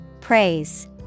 Praise